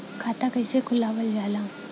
खाता कइसे खुलावल जाला?